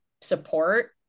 support